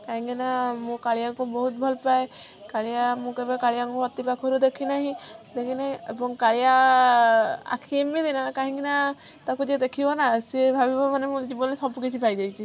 କାହିଁକିନା ମୁଁ କାଳିଆକୁ ବହୁତ ଭଲ ପାଏ କାଳିଆ ମୁଁ କେବେ କାଳିଆକୁ ଅତି ପାଖରୁ ଦେଖିନାହିଁ ଦେଖିନାହିଁ ଏବଂ କାଳିଆ ଆଖି ଏମିତିନା କାହିଁକିନା ତାକୁ ଯିଏ ଦେଖିବନା ସିଏ ଭାବିବ ମାନେ ମୁଁ ଜୀବନରେ ସବୁ କିଛି ପାଇଯାଇଛି